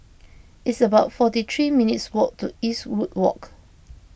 it's about forty three minutes' walk to Eastwood Walk